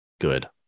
good